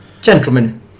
Gentlemen